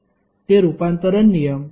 ते रूपांतरण नियम काय आहेत